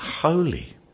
holy